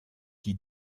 qui